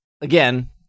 Again